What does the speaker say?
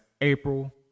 April